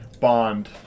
Bond